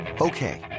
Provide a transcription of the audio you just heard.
Okay